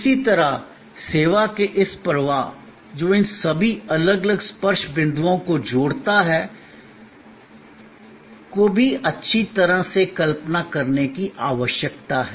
इसी तरह सेवा के इस प्रवाह जो इन सभी अलग अलग स्पर्श बिंदुओं को जोड़ता है को भी अच्छी तरह से कल्पना करने की आवश्यकता है